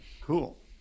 Cool